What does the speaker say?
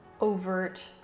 overt